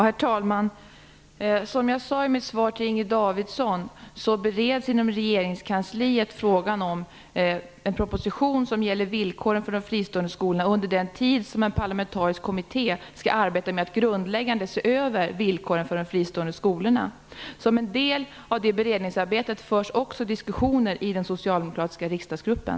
Herr talman! Som jag sade i mitt svar till Inger Davidson så bereds inom regeringskansliet en proposition som gäller villkoren för de fristående skolorna under den tid en parlamentarisk kommitté skall arbeta med att grundläggande se över villkoren för dessa skolor. Som en del av det beredningsarbetet förs också diskussioner i den socialdemokratiska riksdagsgruppen.